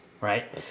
right